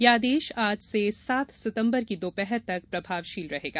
यह आदेश आज से सात सितंबर की दोपहर तक प्रभावशील रहेगा